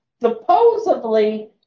supposedly